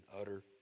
utter